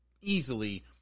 easily